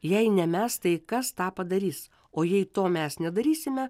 jei ne mes tai kas tą padarys o jei to mes nedarysime